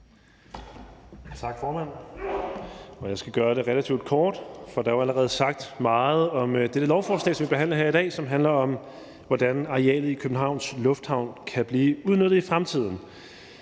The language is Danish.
Tak, formand. Jeg skal gøre det relativt kort, for der er jo allerede sagt meget om dette lovforslag, som vi behandler her i dag, og som handler om, hvordan arealet i Københavns Lufthavn kan blive udnyttet i fremtiden.